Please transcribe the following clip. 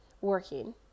working